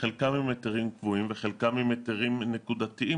חלקם עם היתרים קבועים וחלקם עם היתרים נקודתיים,